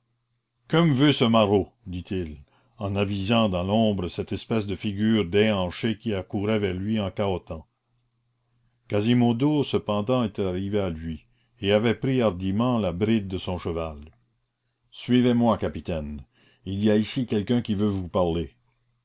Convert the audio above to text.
que me veut ce maraud dit-il en avisant dans l'ombre cette espèce de figure déhanchée qui accourait vers lui en cahotant quasimodo cependant était arrivé à lui et avait pris hardiment la bride de son cheval suivez-moi capitaine il y a ici quelqu'un qui veut vous parler